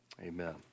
Amen